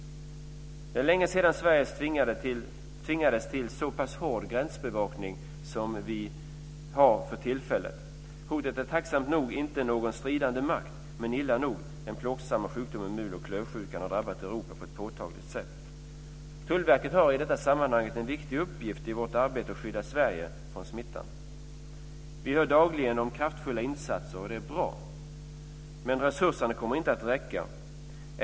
Det är länge sedan Sverige tvingades till så pass hård gränsbevakning som vi har för tillfället. Hotet är tacksamt nog inte någon stridande makt, men det är illa nog. Den plågsamma mul och klövsjukan har drabbat Europa på ett påtagligt sätt. Tullverket har i detta sammanhang en viktig uppgift i arbetet med att skydda Sverige från smittan. Det är bra. Men resurserna kommer inte att räcka.